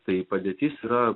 tai padėtis yra